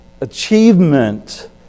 achievement